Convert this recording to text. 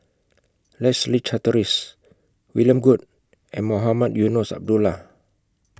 Leslie Charteris William Goode and Mohamed Eunos Abdullah